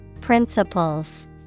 Principles